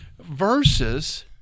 Versus